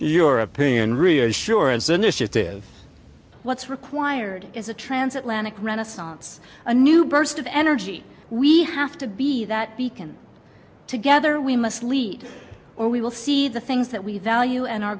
european reassurance initiative what's required is a transatlantic renaissance a new burst of energy we have to be that beacon together we must lead or we will see the things that we value and our